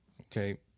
Okay